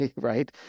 right